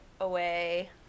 away